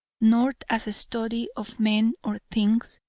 nor as a study of men or things,